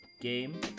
game